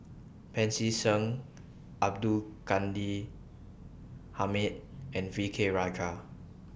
Pancy Seng Abdul Ghani Hamid and V K Rajah